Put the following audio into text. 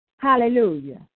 Hallelujah